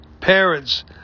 parents